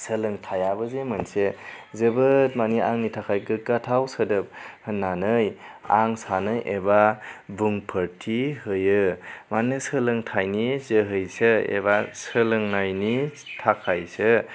सोलोंथाइयाबो जे मोनसे जोबोद माने आंनि थाखाय गोग्गाथाव सोदोब होन्नानै आं सानो एबा बुंफोरथि होयो मानि सोलोंथाइनि जोहैसो एबा सोलोंनायनि थाखायसो